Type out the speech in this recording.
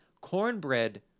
cornbread